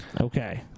Okay